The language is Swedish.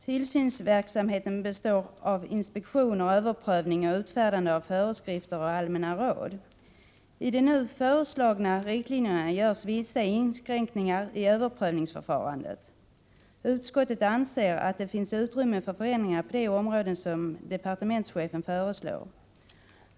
Tillsynsverksamheten består av inspektioner, överprövning och utfärdande av föreskrifter och allmänna råd. I de nu föreslagna riktlinjerna görs vissa inskränkningar i överprövningsförfarandet. Utskottet anser att det finns utrymme för förändringar på de områden som departementschefen föreslår.